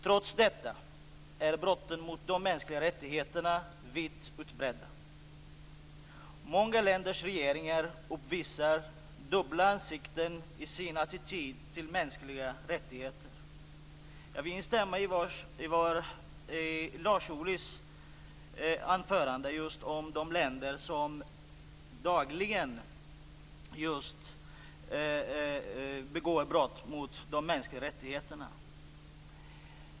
Trots detta är brotten mot de mänskliga rättigheterna vitt utbredda. Många länders regeringar uppvisar dubbla ansikten i sin attityd till mänskliga rättigheter. Jag vill instämma i Lars Ohlys anförande, där han tog upp de länder som dagligen begår brott mot de mänskliga rättigheterna.